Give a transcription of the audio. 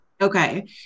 Okay